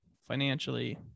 financially